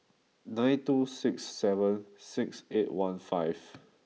nine two six seven six eight one five